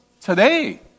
today